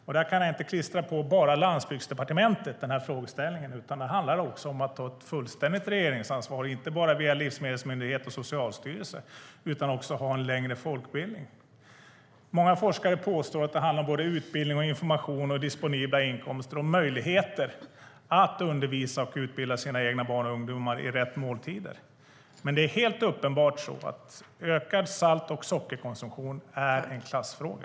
Jag kan inte klistra denna frågeställning enbart på Landsbygdsdepartementet, utan det handlar om att ta ett fullständigt regeringsansvar. Det ska inte bara ske via livsmedelsmyndigheter och Socialstyrelsen utan via en längre folkbildning. Många forskare påstår att det handlar dels om utbildning, information och disponibel inkomst, dels om möjligheter att undervisa och utbilda sina egna barn och ungdomar när det gäller rätt måltider. Det är helt uppenbart att ökad salt och sockerkonsumtion är en klassfråga.